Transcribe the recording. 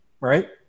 Right